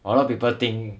a lot of people think